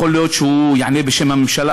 יכול להיות שהוא יענה בשם הממשלה.